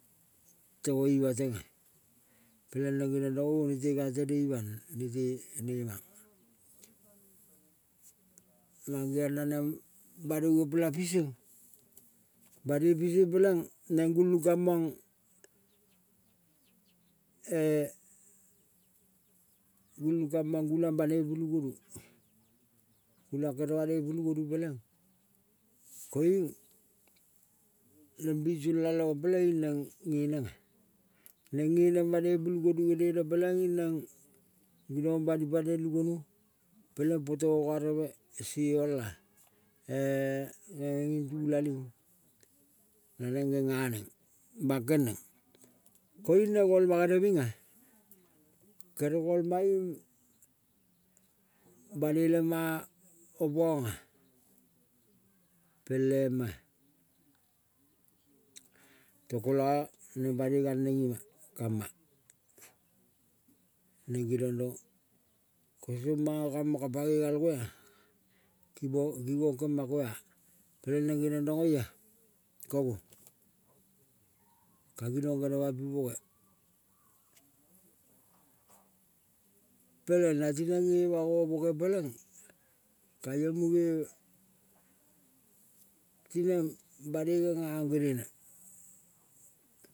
Temo ima tenga, peleng neng geniang mong o nete ka tene ima nete nemang. Mang geong naneng banou opela piseng, banoi piseng peleng neng gulung kamong e gulung kamang gulang banoi pulu gonu. Gulang kere banoi pulu gonu peleng koiung neng binsola le ong peleing neng genenga neng geneng banoi pulu gonu genene peleing neng ginong bani pane lu gonu peleng poto ongareve, seala-e ngenge nging. Tula ling naneng genga neng bangkel neng, koiung neng ngolma geneminga kere ngolma ing bane opanga pel ema to neng banei galneng ima kam ma, neng geniong rong kosong manga. Kamangka pangoi gal ngoa kingong kemako peleng neng genion rong oia kongo, ka ginong genema pi boge. Peleng nati neng ema-o boge peleng kaiong muge tineng banoi genga ong genene.